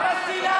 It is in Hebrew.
אתה, שנאה עצמית.